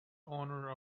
owner